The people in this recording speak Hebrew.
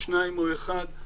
אם שניים או אחד.